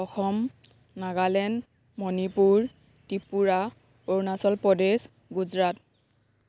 Assam Nagaland Manipur Tripura Arunachal Pradesh Gujarat